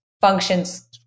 functions